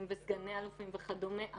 וסגני אלופים אנחנו